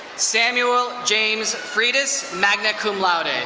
samuel james fritas, magna cum laude. and